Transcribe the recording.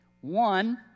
One